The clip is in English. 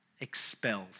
Expelled